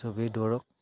চবেই দৌৰক